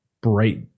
bright